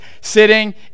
sitting